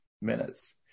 minutes